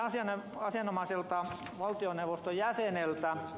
kysyisin asianomaiselta valtioneuvoston jäseneltä